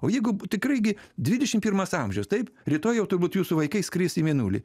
o jeigu tikrai gi dvidešimt pirmas amžius taip rytoj jau turbūt jūsų vaikai skris į mėnulį